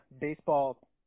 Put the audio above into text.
baseball